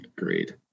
Agreed